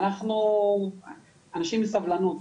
אנחנו אנשים עם סבלנות.